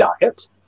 diet